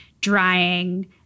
drying